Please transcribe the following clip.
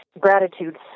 gratitude